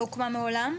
לא הוקמה מעולם?